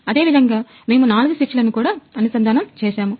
ఇదేవిధంగా మేము నాలుగు స్విచ్ లను కూడా అనుసంధానం చేశాము